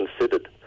considered